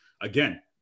again